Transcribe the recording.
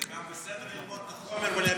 זה גם בסדר ללמוד את החומר ולהבין.